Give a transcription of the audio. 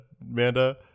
Amanda